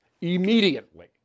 immediately